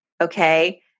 Okay